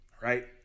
Right